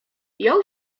jął